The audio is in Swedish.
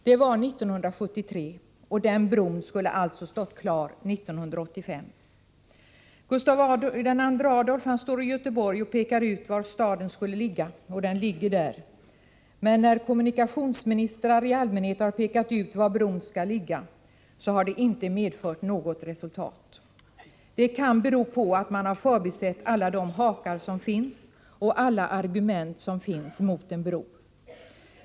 Det var 1973. Den bron skulle alltså stått klar 1985. Gustav II Adolf står i Göteborg och pekar ut var staden skulle ligga och den ligger där, men när kommunikationsministrar i allmänhet har pekat ut var Öresundsbron skall ligga, har det inte medfört något resultat. Det kan bero på att man har förbisett alla de hakar som finns och alla de argument som finns mot en bro.